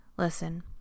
Listen